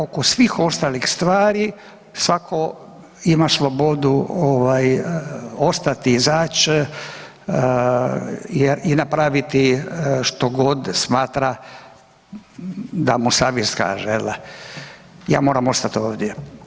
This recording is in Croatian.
Oko svih ostalih stvari svako ima slobodu ostati, izaći i napraviti što god smatra da mu savjest kaže, jel da, ja moram ostati ovdje.